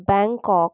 বেংকক